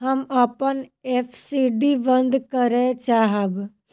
हम अपन एफ.डी बंद करय चाहब